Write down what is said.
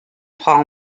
paul